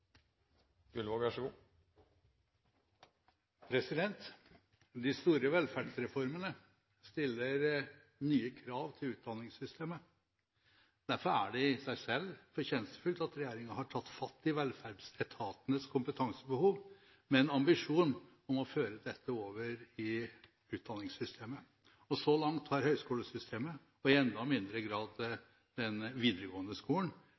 det fortjenestefullt i seg selv at regjeringen har tatt fatt i velferdsetatenes kompetansebehov, med en ambisjon om å føre dette over i utdanningssystemet. Så langt har høgskolesystemet – og i enda mindre grad den videregående skolen